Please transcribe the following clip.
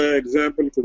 example